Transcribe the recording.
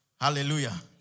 Hallelujah